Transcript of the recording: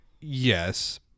yes